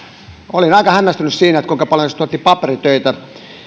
olin aika hämmästynyt siitä kuinka paljon se tuotti paperitöitä